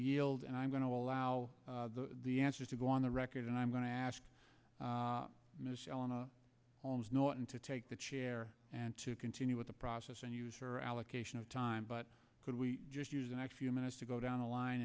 yield and i'm going to allow the answers to go on the record and i'm going to ask michelle and to take the chair and to continue with the process and use your allocation of time but could we just use the next few minutes to go down the line